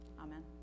Amen